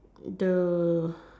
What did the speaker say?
the